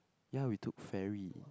ya we took ferry